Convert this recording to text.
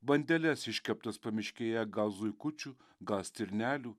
bandeles iškeptas pamiškėje gal zuikučių gal stirnelių